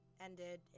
ended